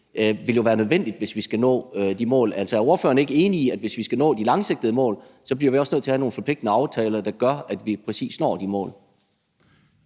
udledning, være nødvendigt, hvis vi skal nå de mål. Altså, er ordføreren ikke enig i, at hvis vi skal nå de langsigtede mål, så bliver vi også nødt til at have nogle forpligtende aftaler, der gør, at vi præcis når de mål?